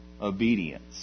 obedience